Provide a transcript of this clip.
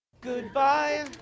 Goodbye